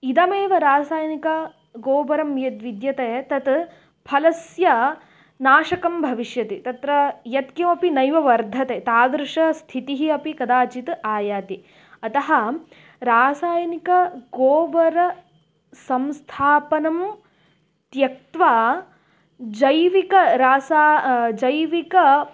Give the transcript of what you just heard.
इदमेव रासायनिकगोबरं यद्विद्यते तत् फलस्य नाशकं भविष्यति तत्र यत्किमपि नैव वर्धते तादृशस्थितिः अपि कदाचित् आयाति अतः रासायनिकगोबर संस्थापनं त्यक्त्वा जैविकरासा जैविक